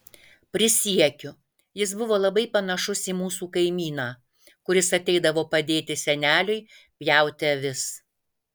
prisiekiu jis buvo labai panašus į mūsų kaimyną kuris ateidavo padėti seneliui pjauti avis